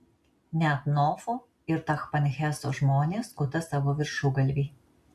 net nofo ir tachpanheso žmonės skuta savo viršugalvį